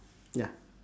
ya